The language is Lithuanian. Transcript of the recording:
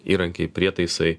įrankiai prietaisai